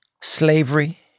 slavery